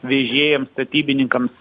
vežėjams statybininkams